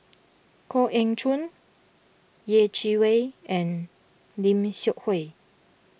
Koh Eng Chun Yeh Chi Wei and Lim Seok Hui